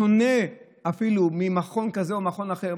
בשונה אפילו ממכון כזה או מכון אחר.